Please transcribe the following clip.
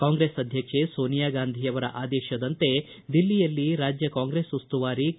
ಕಾಂಗ್ರೆಸ್ ಅಧ್ಯಕ್ಷೆ ಸೋನಿಯಾ ಗಾಂಧಿ ಅವರ ಆದೇಶದಂತೆ ದಿಲ್ಲಿಯಲ್ಲಿ ರಾಜ್ಯ ಕಾಂಗ್ರೆಸ್ ಉಸ್ತುವಾರಿ ಕೆ